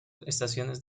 estaciones